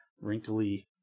wrinkly